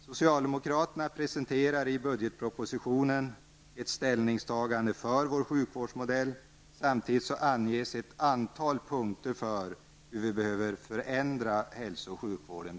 Socialdemokraterna presenterar i budgetpropositionen ett ställningstagande för vår sjukvårdsmodell. Samtidigt anges på ett antal punkter hur vi bör ändra hälso och sjukvården.